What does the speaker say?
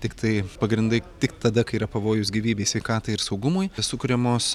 tiktai pagrindai tik tada kai yra pavojus gyvybei sveikatai ir saugumui sukuriamos